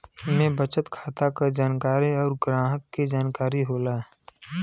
इम्मे बचत खाता क जानकारी अउर ग्राहक के जानकारी होला